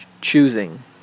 choosing